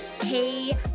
Hey